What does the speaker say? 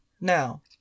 Now